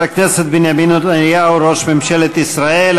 תודה לחבר הכנסת בנימין נתניהו, ראש ממשלת ישראל.